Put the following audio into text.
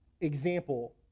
example